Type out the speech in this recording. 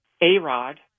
A-Rod